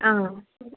അ ശരി